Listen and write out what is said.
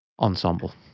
ensemble